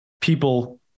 people